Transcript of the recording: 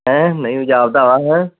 ਹੈ ਨਹੀਂ